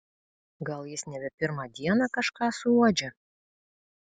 gal jis nebe pirmą dieną kažką suuodžia